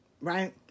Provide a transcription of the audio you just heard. right